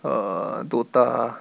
err dota